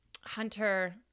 Hunter